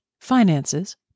finances